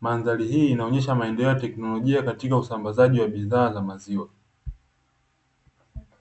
Mandhari hii inaonesha maendeleo ya teknolojia katika usambazaji wa bidhaa za maziwa.